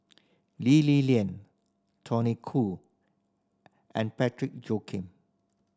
Lee Li Lian Tony Khoo and Joaquim